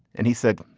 and he said,